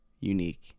unique